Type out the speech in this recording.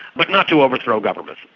but not to overthrow governments.